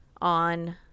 on